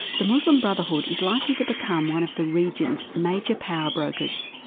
the muslim brotherhood is likely to become one of the region's major powerbrokers.